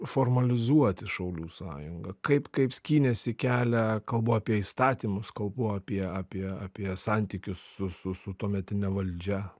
formalizuoti šaulių sąjungą laip kaip skynėsi kelią kalbu apie įstatymus kalbu apie apie apie santykius su su tuometine valdžia